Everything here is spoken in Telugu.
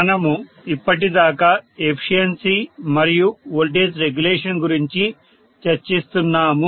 మనము ఇప్పటి దాకా ఎఫిషియన్సి మరియు వోల్టేజ్ రెగ్యులేషన్ గురించి చర్చిస్తున్నాము